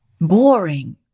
Boring